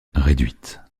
réduite